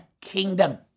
kingdom